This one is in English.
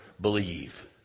believe